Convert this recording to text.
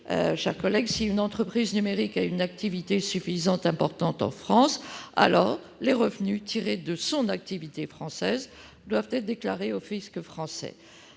est simple : si une entreprise numérique a une activité suffisamment importante en France, ses revenus tirés de son activité française doivent être déclarés au fisc français.